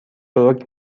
بروک